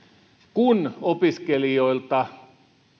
kun opiskelijoilta